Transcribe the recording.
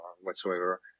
whatsoever